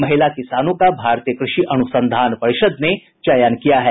महिला किसानों का भारतीय कृषि अनुसंधान परिषद् ने चयन किया है